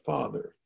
Father